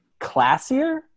classier